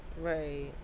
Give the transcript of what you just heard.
Right